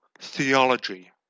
theology